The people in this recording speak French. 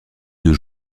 deux